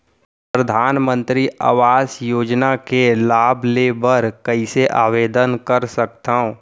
परधानमंतरी आवास योजना के लाभ ले बर कइसे आवेदन कर सकथव?